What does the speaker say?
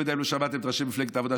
לא יודע אם לא שמעתם את ראשי מפלגת העבודה,